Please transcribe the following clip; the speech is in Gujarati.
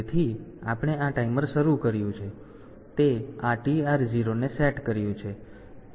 તેથી આપણે આ ટાઈમર શરૂ થયું છે તે આ TR0 ને સેટ કર્યું છે